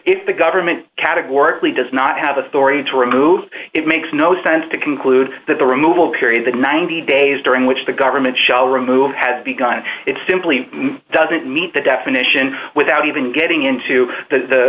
if the government categorically does not have authority to remove it makes no sense to conclude that the removal period the ninety days during which the government shall remove has begun it simply doesn't meet the definition without even getting into the